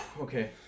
Okay